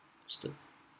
stuck